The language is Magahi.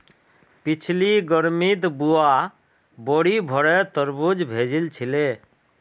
पिछली गर्मीत बुआ बोरी भोरे तरबूज भेजिल छिले